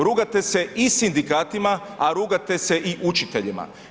Rugate se i sindikatima a rugate se i učiteljima.